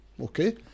Okay